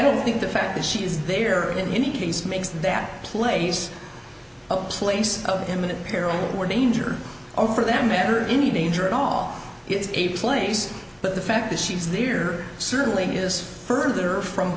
don't think the fact that she is there or in any case makes that place a place of imminent peril or danger or for that matter any danger at all it's a place but the fact is she's near certainly is further from